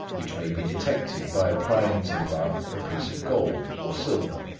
which may be detected by applying to the bark a piece of gold or silver.